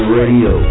radio